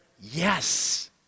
yes